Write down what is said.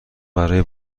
برای